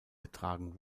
getragen